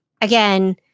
again